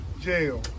jail